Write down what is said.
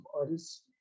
artists